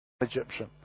Egyptian